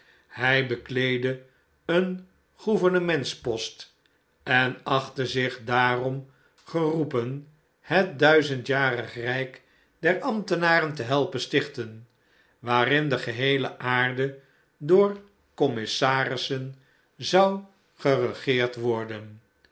hij bekleedde een gouvernements post en achtte zich daarom geroepen het duizendjarig rijk der ambtenaren te helpen stichten waarin de geheele aarde door commissarissen zou geregeerd worden